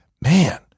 man